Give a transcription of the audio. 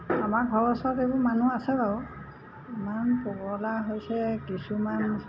আমাৰ ঘৰৰ ওচৰত এইবোৰ মানুহ আছে বাৰু ইমান পগলা হৈছে কিছুমান